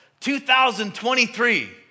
2023